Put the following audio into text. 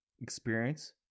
experience